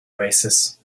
oasis